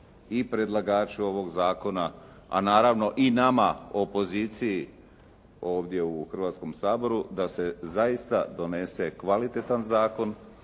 i predlagaču ovog zakona a naravno i nama opoziciji ovdje u Hrvatskom saboru da se zaista donese kvalitetan zakon,